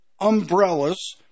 umbrellas